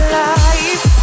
life